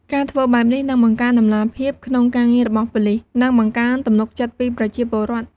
ការធ្វើបែបនេះនឹង បង្កើនតម្លាភាព ក្នុងការងាររបស់ប៉ូលិស និង បង្កើនទំនុកចិត្តពីប្រជាពលរដ្ឋ។